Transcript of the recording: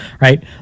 right